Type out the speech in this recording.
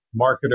marketer